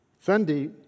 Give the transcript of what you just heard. Sunday